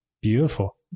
Beautiful